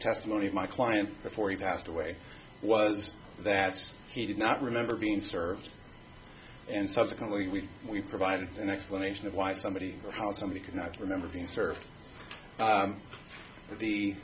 testimony of my client before he passed away was that he did not remember being served and subsequently we we provided an explanation of why somebody how somebody could not remember being served